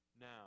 now